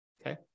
Okay